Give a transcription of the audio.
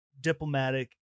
diplomatic